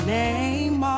name